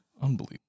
unbelievable